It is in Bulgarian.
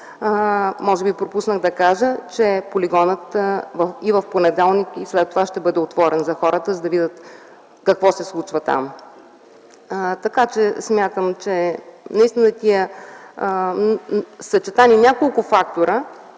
Може би пропуснах да кажа, че полигонът и в понеделник, както и след това ще бъде отворен за хората, за да видят те какво се случва там. Смятам и се надявам, че наистина това съчетание на няколко фактора